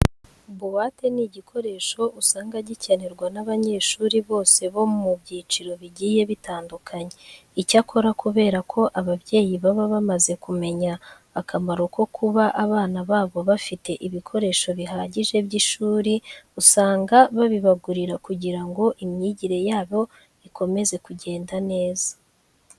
Buwate ni igikoresho usanga gikenerwa n'abanyeshuri bose bo mu byiciro bigiye bitandukanye. Icyakora kubera ko ababyeyi baba bamaze kumenya akamaro ko kuba abana babo bafite ibikoresho bihagije by'ishuri, usanga babibagurira kugira ngo imyigire yabo ikomeze kugenda neza.